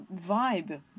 vibe